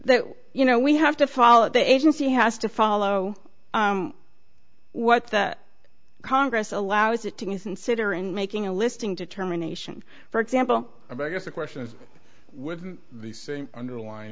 you know we have to follow the agency has to follow what that congress allows it to isn't siddur in making a listing determination for example i guess the question is with the same underlying